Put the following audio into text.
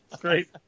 Great